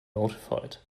notified